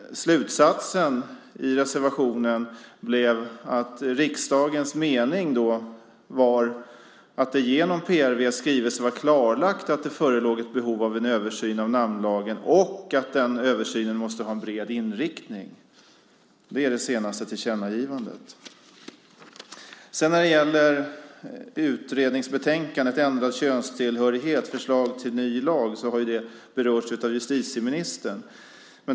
Slutsatsen i reservationen blev att riksdagens mening var att det genom PRV:s skrivelse var klarlagt att det förelåg ett behov av en översyn av namnlagen och att den översynen måste ha bred inriktning. Det är det senaste tillkännagivandet. Utredningsbetänkandet Ändrad könstillhörighet - förslag till ny lag har berörts av justitieministern.